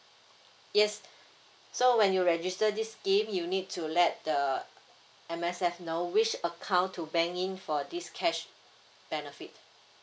yes so when you register this scheme you need to let the M_S_F know which account to bank in for this cash benefit